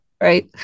right